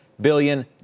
billion